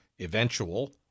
eventual